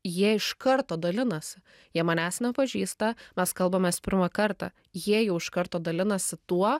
jie iš karto dalinasi jie manęs nepažįsta mes kalbamės pirmą kartą jie jau iš karto dalinasi tuo